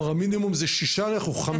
כלומר המינימום זה שישה, אנחנו חמישה.